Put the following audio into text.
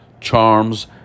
charms